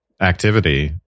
activity